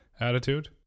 attitude